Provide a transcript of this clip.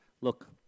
Look